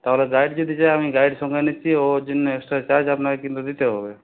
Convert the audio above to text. তাহলে গাইড যদি যায় আমি গাইড সঙ্গে নিচ্ছি ওর জন্য এক্সট্রা চার্জ আপনাকে কিন্তু দিতে হবে